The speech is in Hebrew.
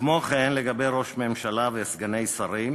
כמו כן, לגבי ראש ממשלה וסגני שרים,